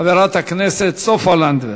חברת הכנסת סופה לנדבר.